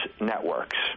networks